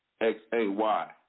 X-A-Y